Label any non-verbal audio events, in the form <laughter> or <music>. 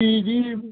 <unintelligible> ਜੀ